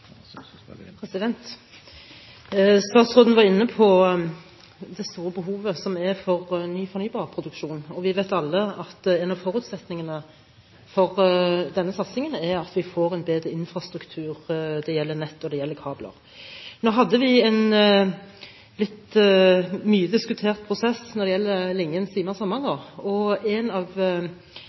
Statsråden var inne på det store behovet som er for ny fornybar produksjon, og vi vet alle at en av forutsetningene for denne satsingen er at vi får en bedre infrastruktur – det gjelder nett, og det gjelder kabler. Nå hadde vi en mye diskutert prosess når det gjaldt linjen Sima–Samnanger, og et av